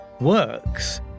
works